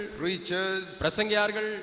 preachers